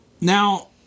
now